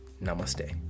Namaste